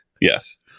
yes